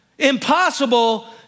impossible